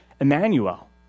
Emmanuel